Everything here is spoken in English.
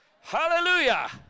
Hallelujah